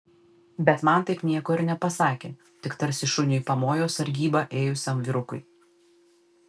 bet man taip nieko ir nepasakė tik tarsi šuniui pamojo sargybą ėjusiam vyrukui